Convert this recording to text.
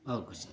और कुछ नहीं